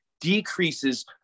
decreases